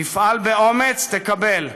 תפעל באומץ, תקבל,